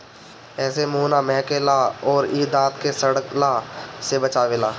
एसे मुंह ना महके ला अउरी इ दांत के सड़ला से बचावेला